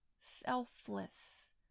selfless